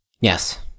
Yes